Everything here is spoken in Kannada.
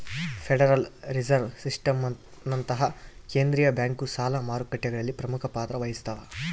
ಫೆಡರಲ್ ರಿಸರ್ವ್ ಸಿಸ್ಟಮ್ನಂತಹ ಕೇಂದ್ರೀಯ ಬ್ಯಾಂಕು ಸಾಲ ಮಾರುಕಟ್ಟೆಗಳಲ್ಲಿ ಪ್ರಮುಖ ಪಾತ್ರ ವಹಿಸ್ತವ